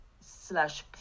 slash